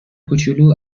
کوچولو